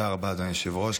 תודה רבה, אדוני היושב-ראש.